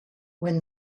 when